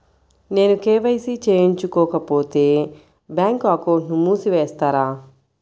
నేను కే.వై.సి చేయించుకోకపోతే బ్యాంక్ అకౌంట్ను మూసివేస్తారా?